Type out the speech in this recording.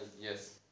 Yes